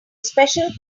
special